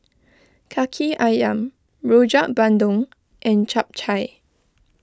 Kaki Ayam Rojak Bandung and Chap Chai